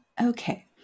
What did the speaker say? Okay